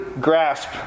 grasp